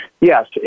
yes